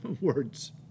words